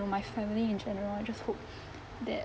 know my family in general I just hope that